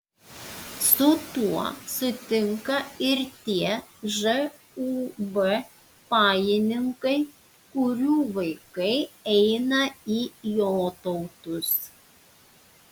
su tuo sutinka ir tie žūb pajininkai kurių vaikai eina į jotautus